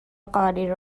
قالی